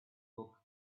book